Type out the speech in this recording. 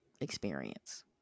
experience